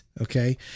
Okay